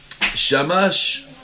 Shamash